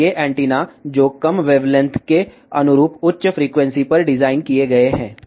और ये एंटीना हैं जो कम वेवलेंथ के अनुरूप उच्च फ्रीक्वेंसी पर डिज़ाइन किए गए हैं